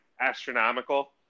Astronomical